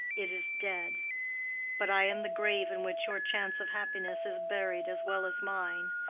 it is dead but i am the grave in which your chance of happiness is buried as well as mine.